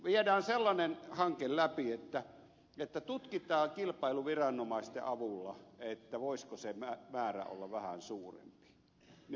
viedään sellainen hanke läpi että tutkitaan kilpailuviranomaisten avulla voisiko se määrä olla vähän suurempi